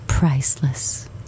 Priceless